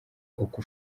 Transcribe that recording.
uko